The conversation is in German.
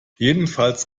jedenfalls